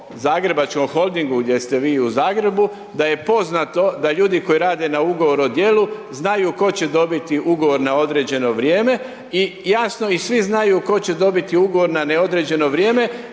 Zagrebačkom holdingu gdje ste vi u Zagrebu, da je poznato da ljudi koji rade na ugovor o dijelu, znaju tko će dobiti ugovor na određeno vrijeme i jasno i svi znaju tko će dobiti ugovor na neodređeno vrijeme,